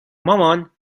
مامان